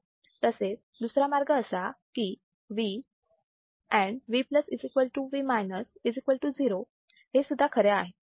तसेच दुसरा मार्ग असा की V and V V 0 हेसुद्धा खरे आहे